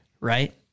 right